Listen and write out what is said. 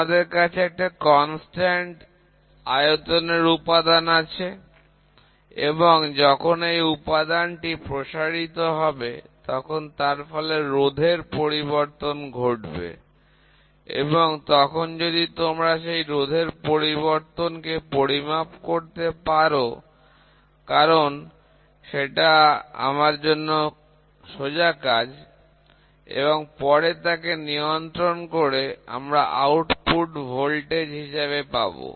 তোমাদের কাছে একটা ধ্রুবক আয়তনের উপাদান আছে এবং যখন এই উপাদানটি প্রসারিত হবে তখন তার ফলে রোধের পরিবর্তন ঘটবে এবং তখন যদি তোমরা সেই রোধের পরিবর্তন কে পরিমাপ করতে পারো কারন সেটা আমার জন্য সোজা কাজ এবং পরে তাকে নিয়ন্ত্রণ করে আমরা আউটপুট ভোল্টেজ হিসেবে পাবো